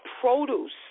produce